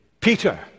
Peter